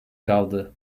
kaldı